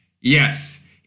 Yes